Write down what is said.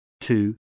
two